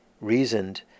reasoned